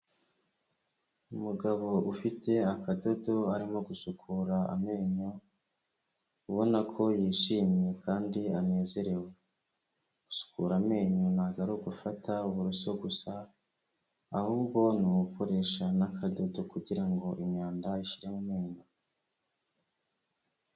Umugabo ufite akadodo arimo gusukura amenyo ubona ko yishimye kandi anezerewe, gusukura amenyo ntabwo ari ugufata uburoso gusa, ahubwo ni ugukoresha n'akadodo kugira ngo imyanda ishire mu menyo.